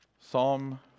Psalm